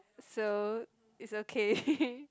so it's okay